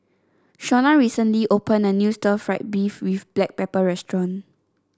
Shonna recently opened a new Stir Fried Beef with Black Pepper restaurant